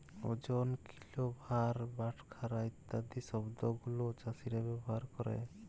ওজন, কিলো, ভার, বাটখারা ইত্যাদি শব্দ গুলো চাষীরা ব্যবহার ক্যরে